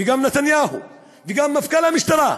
וגם נתניהו, וגם מפכ"ל המשטרה.